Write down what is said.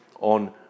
on